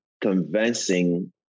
convincing